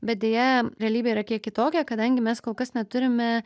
bet deja realybė yra kiek kitokia kadangi mes kol kas neturime